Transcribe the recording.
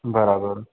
बराबरि